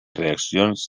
reaccions